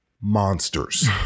monsters